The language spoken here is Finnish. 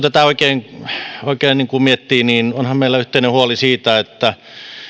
tätä oikein oikein miettii niin onhan meillä yhteinen huoli se että